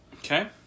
Okay